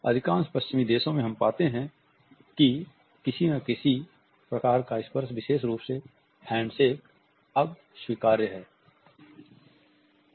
अधिकांश पश्चिमी देशो में हम पाते हैं कि किसी न किसी प्रकार का स्पर्श विशेष रूप से हैण्डशेक अब स्वीकार्य है